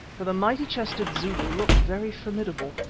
for the mighty-chested zulu looked very formidable.